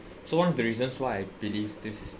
so one of the reasons why I believe this is